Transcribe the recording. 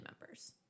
members